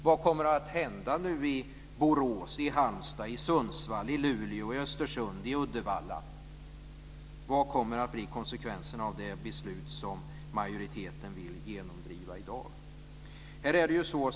Vad kommer att hända nu i Borås, Halmstad, Sundsvall, Luleå, Östersund och Uddevalla? Vad kommer att bli konsekvenserna av det beslut som majoriteten vill genomdriva i dag?